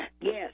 Yes